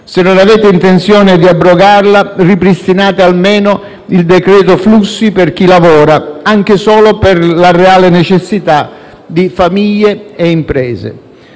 Se non avete intenzione di abrogarla, ripristinate almeno il decreto flussi per chi lavora, anche solo per la reale necessità di famiglie e imprese.